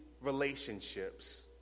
relationships